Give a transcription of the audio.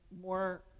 more